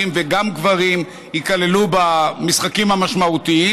וגם גברים ייכללו במשחקים המשמעותיים,